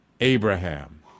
Abraham